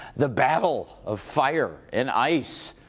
the battle of fire and ice.